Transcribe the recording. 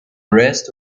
rest